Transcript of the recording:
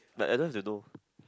like Adams you know